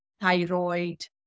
thyroid